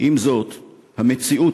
עם זאת, המציאות,